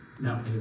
No